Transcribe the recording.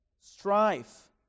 strife